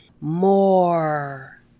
more